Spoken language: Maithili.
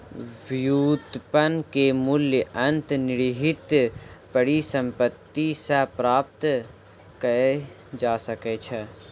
व्युत्पन्न के मूल्य अंतर्निहित परिसंपत्ति सॅ प्राप्त कय जा सकै छै